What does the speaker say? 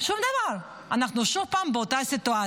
שום דבר, אנחנו שוב פעם באותה סיטואציה.